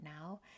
now